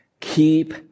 Keep